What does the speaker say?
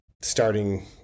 starting